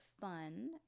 fun